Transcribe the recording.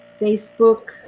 Facebook